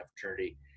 fraternity